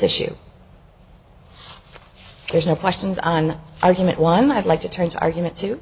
issue there's no questions on argument one i'd like to turns argument to